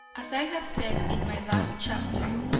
as i have said in my last chapter,